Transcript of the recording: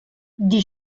die